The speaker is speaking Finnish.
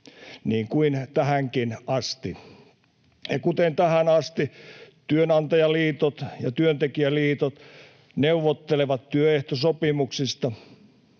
niin kuin tähänkin asti. Kuten tähän asti, työnantajaliitot ja työntekijäliitot neuvottelevat työehtosopimuksista.